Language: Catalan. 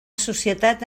societat